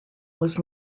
was